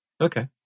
Okay